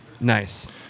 Nice